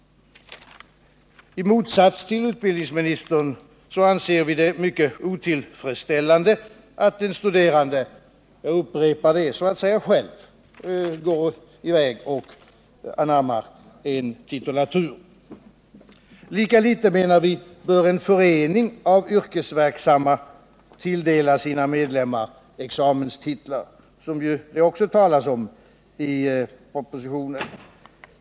I motsats till utbildningsministern anser vi det mycket otillfredsställande att en studerande — jag upprepar det — så att säga själv går i väg och anammar en titulatur. Lika litet, menar vi, bör en förening av yrkesverksamma tilldela sina medlemmar examenstitlar, som det ju också talas om i propositionen.